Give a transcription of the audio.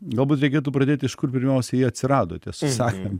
galbūt reikėtų pradėti iš kur pirmiausiai jie atsirado tiesą sakant